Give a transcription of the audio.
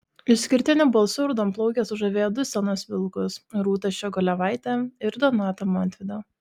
išskirtiniu balsu raudonplaukė sužavėjo du scenos vilkus rūtą ščiogolevaitę ir donatą montvydą